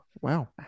Wow